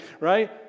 right